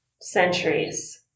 centuries